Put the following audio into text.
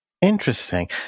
Interesting